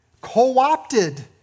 co-opted